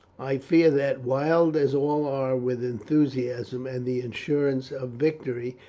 i fear that, wild as all are with enthusiasm and the assurance of victory,